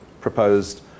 proposed